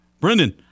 Brendan